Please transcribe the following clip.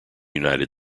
united